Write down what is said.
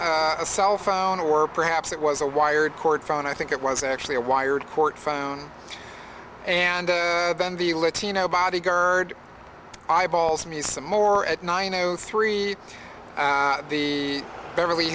a cell phone or perhaps it was a wired cord phone i think it was actually a wired court phone and then the latino bodyguard eyeballs me some more at nine o three the beverly